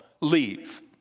Leave